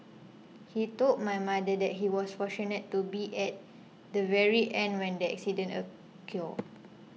he told my mother that he was fortunate to be at the very end when the accident occurred